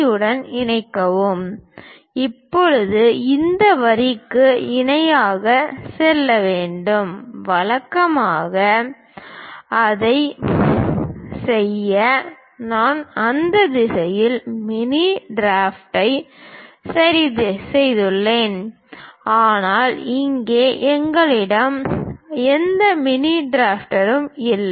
உடன் இணைக்கவும் இப்போது இந்த வரிக்கு இணையாக செல்ல வேண்டும் வழக்கமாக அதைச் செய்ய அந்த திசையில் மினி டிராஃப்டரை சரிசெய்துள்ளோம் ஆனால் இங்கே எங்களிடம் எந்த மினி டிராஃப்டரும் இல்லை